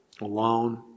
alone